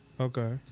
okay